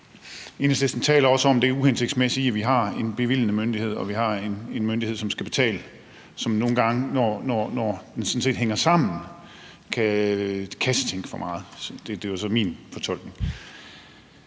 Enhedslisten taler bl.a. om det uhensigtsmæssige i, at vi har en bevilgende myndighed, og at vi har myndighed, som skal betale, og som nogle gange, når det hænger for meget sammen, kan kassetænke for meget – det er jo så min fortolkning.